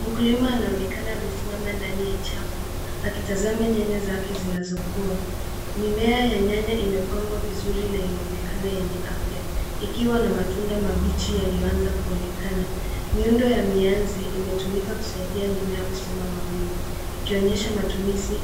Mkulima anaonekana amesimama ndani ya chafu akitazama nyanya zake zinazokua. Mimea ya nyanya imepangwa vizuri na inaonekana yenye afya ukiwa na matunda mabichi yaliyoanza kuonekana. Miundo ya mianzi imetumika kusaidia mimea kusimama wima, ikionyesha